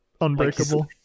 unbreakable